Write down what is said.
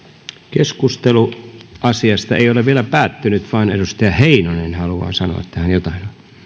keskustelu asiasta ei ole vielä päättynyt vaan edustaja heinonen haluaa sanoa tähän jotain